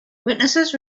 witnesses